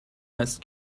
است